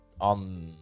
on